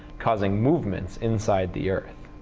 causing movements inside the earth.